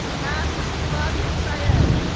natalie radhia sayed,